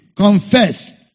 Confess